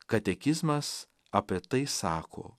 katekizmas apie tai sako